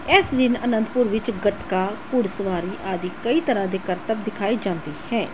ਇਸ ਦਿਨ ਆਨੰਦਪੁਰ ਵਿੱਚ ਗੱਤਕਾ ਘੋੜ ਸਵਾਰੀ ਆਦਿ ਕਈ ਤਰ੍ਹਾਂ ਦੇ ਕਰਤੱਵ ਦਿਖਾਏ ਜਾਂਦੇ ਹੈ